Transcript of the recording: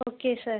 okay sir